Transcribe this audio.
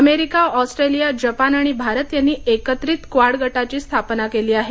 America Australia Japan आणि भारतयांनी एकत्रित क्वाड गटाची स्थापनाकेली आहे